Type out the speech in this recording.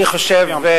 אני חושב,